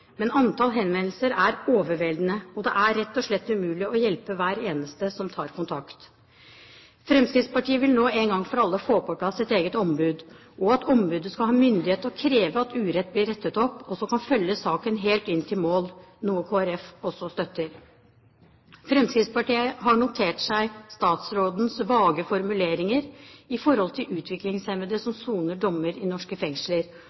men antall henvendelser er overveldende, og det er rett og slett umulig å hjelpe hver eneste som tar kontakt. Fremskrittspartiet vil nå én gang for alle få på plass et eget ombud, og at ombudet skal ha myndighet til å kreve at urett blir rettet opp og kan følge saken helt inn til mål, noe Kristelig Folkeparti også støtter. Fremskrittspartiet har notert seg statsrådens vage formuleringer med hensyn til utviklingshemmede som soner dommer i norske fengsler,